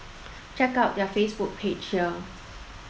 check out their Facebook page here